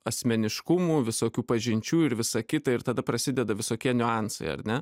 asmeniškumų visokių pažinčių ir visa kita ir tada prasideda visokie niuansai ar ne